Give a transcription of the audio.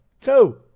two